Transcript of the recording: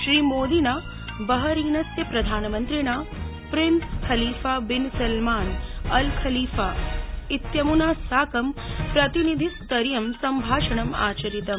श्रीमोदिना बहरीनस्य प्रधानमन्त्रिणा Prince Khalifa bin Salman Al Khalifa इत्यम्ना साकं प्रतिनिधि स्तरीयं सम्भाषणम् आचरितम्